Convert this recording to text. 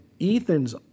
Ethan's